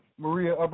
Maria